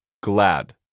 Glad